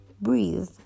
breathe